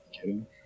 kidding